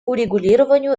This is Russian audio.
урегулированию